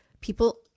people